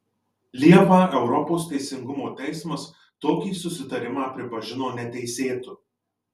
liepą europos teisingumo teismas tokį susitarimą pripažino neteisėtu